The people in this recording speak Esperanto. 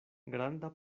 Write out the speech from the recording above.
granda